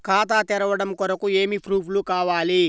ఖాతా తెరవడం కొరకు ఏమి ప్రూఫ్లు కావాలి?